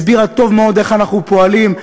הסבירה טוב מאוד איך אנחנו פועלים,